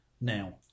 now